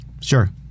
Sure